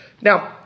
Now